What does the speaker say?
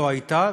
לא הייתה,